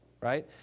right